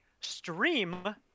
stream